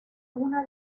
una